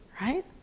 right